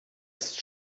ist